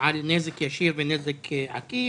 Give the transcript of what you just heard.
על נזק ישיר ונזק עקיף,